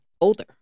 older